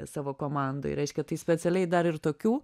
savo komandoj reiškia tai specialiai dar ir tokių